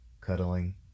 cuddling